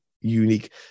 Unique